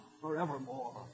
forevermore